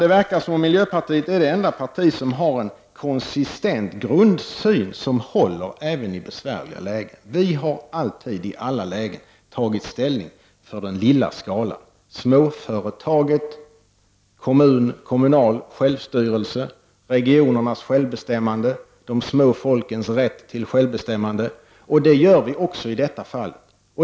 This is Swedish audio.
Det verkar som om miljöpartiet är det enda parti som har en konsistent grundsyn som håller även i besvärliga lägen. Vi har alltid i alla lägen tagit ställning för den lilla skalan: för småföretagen, för kommunal självstyrelse, regionalt självbestämmande och de små folkens rätt till självbestämmande, och det gör vi också i detta fall.